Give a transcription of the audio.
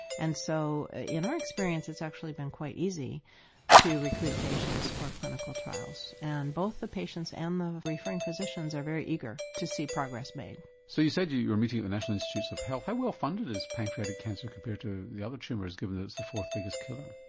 and so in our experience it's actually been quite easy to recruit patients for clinical trials trials and both the patients and the referring physicians are very eager to see progress made. so you said you were meeting at the national institute of health, how well funded is pancreatic cancer compared to the other tumours given that it's the fourth biggest killer?